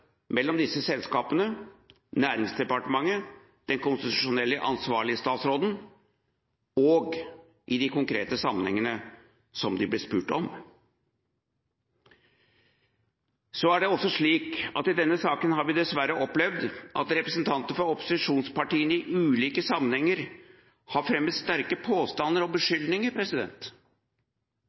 mellom disse selskapene, Næringsdepartementet og den konstitusjonelt ansvarlige statsråden i de konkrete sammenhengene som de ble spurt om. Det er også slik at i denne saken har vi dessverre opplevd at representanter for opposisjonspartiene i ulike sammenhenger har fremmet sterke påstander og beskyldninger.